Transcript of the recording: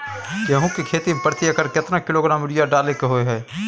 गेहूं के खेती में प्रति एकर केतना किलोग्राम यूरिया डालय के होय हय?